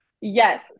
Yes